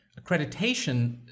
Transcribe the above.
accreditation